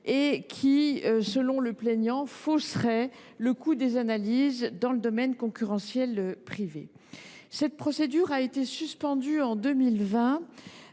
et qui, selon le plaignant, faussaient le coût des analyses dans le domaine concurrentiel privé. Cette procédure a été suspendue en 2020